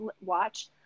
watch